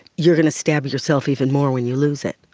you're going to stab yourself even more when you lose it.